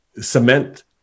cement